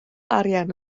arian